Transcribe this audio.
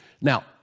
Now